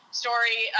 story